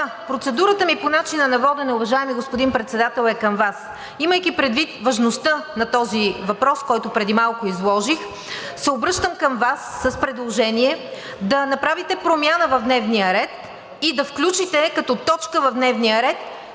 процедурата ми по начина на водене, уважаеми господин Председател, е към Вас. Имайки предвид важността на този въпрос, който преди малко изложих, се обръщам към Вас с предложение да направите промяна в дневния ред и да включите като точка в дневния ред